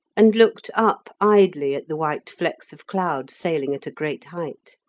and looked up idly at the white flecks of cloud sailing at a great height.